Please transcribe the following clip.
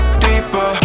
deeper